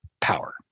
power